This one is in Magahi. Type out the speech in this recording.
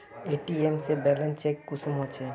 ए.टी.एम से बैलेंस चेक कुंसम होचे?